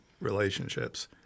relationships